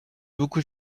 beaucoup